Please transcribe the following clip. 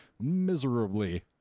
miserably